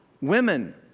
women